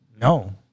No